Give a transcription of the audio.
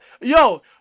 yo